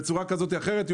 בצורה כזאת או אחרת,